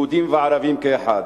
יהודים וערבים כאחד.